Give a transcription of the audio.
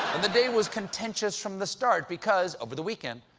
the day was contentious from the start, because over the weekend,